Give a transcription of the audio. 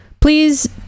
please